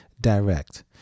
direct